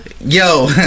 Yo